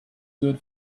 good